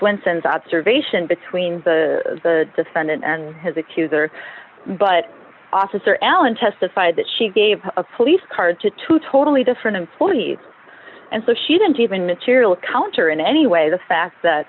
cents observation between the the defendant and his accuser but officer allen testified that she gave a police card to two totally different employees and so she didn't even material counter in any way the fact